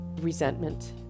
resentment